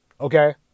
Okay